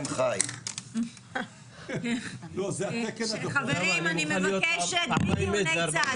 חברים, אני מבקשת בלי דיוני צד.